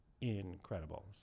incredible